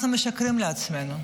אנחנו משקרים לעצמנו,